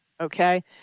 Okay